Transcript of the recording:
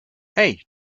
hey